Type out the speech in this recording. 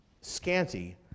scanty